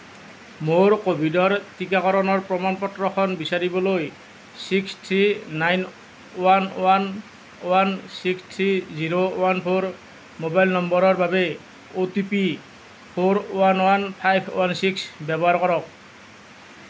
মোৰ ক'ভিডৰ টিকাকৰণৰ প্ৰমাণ পত্ৰখন বিচাৰিবলৈ six three nine one one one six three zero one four mobile নম্বৰৰ বাবে O T P four one one five one six ব্যৱহাৰ কৰক